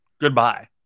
goodbye